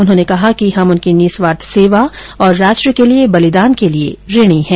उन्होंने कहा कि हम उनकी निस्वार्थ सेवा और राष्ट्र के लिए बलिदान के लिए ऋणी हैं